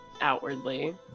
outwardly